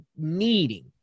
needing